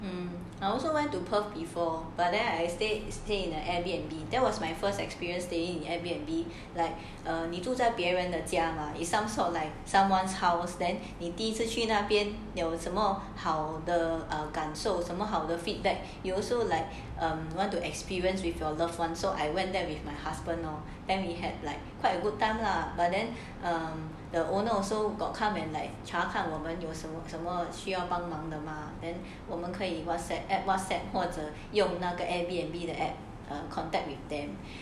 um I also went to perth before but then I stay stay in the airbnb that was my first experience staying airbnb be like err 你住在别人的家 mah it's some sort like someone's house then 你第一次去那边有什么好的感受什么好的 feedback you also like want to experience with your loved one so I went there with my husband lah then we had like quite a good time lah but then the owner also got come and like 查看我们有什么什么需要帮忙的吗 then 我们可以 whatsapp app whatsapp 或者有那个 airbnb the app or contact with them